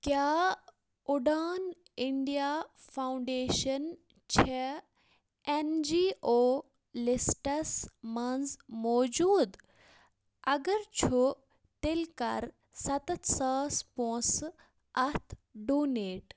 کیٛاہ Udaan India foundation چھےٚ N G O lists منٛز موجوٗد اَگر چھُ تیٚلہِ کَر سَتَتھ ساس پونٛسہٕ اَتھ ڈونیٹ